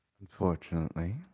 Unfortunately